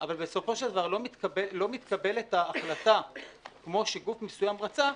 אבל בסופו של דבר לא מתקבלת ההחלטה כמו שגוף מסוים רצה,